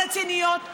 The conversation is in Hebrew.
רציניות,